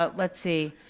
ah let's see.